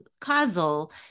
causal